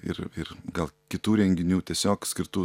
ir ir gal kitų renginių tiesiog skirtų